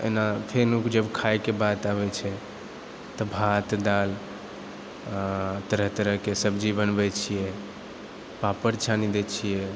एहिना फेर जब खाइके बात आबै छै तऽ भात दाल तरह तरहके सब्जी बनबै छिए पापड़ छानि दै छिए